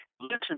listen